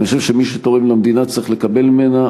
אני חושב שמי שתורם למדינה צריך לקבל ממנה,